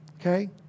Okay